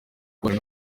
kubana